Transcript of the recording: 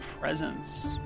presence